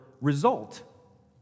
result